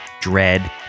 dread